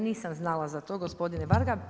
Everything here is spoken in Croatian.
Nisam znala za to gospodine Varga.